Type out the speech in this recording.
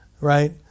right